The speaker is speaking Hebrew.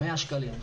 100 שקלים,